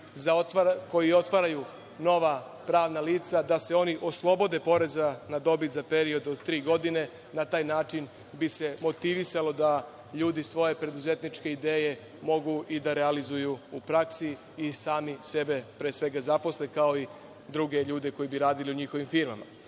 koji otvaraju nova pravna lica, da se oni oslobode poreza na dobit za period od tri godine. Na taj način bi se motivisali da ljudi svoje preduzetničke ideje mogu i da realizuju u praksi i sami sebe pre svega zaposle, kao i druge ljude koji bi radili u njihovim